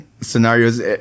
scenarios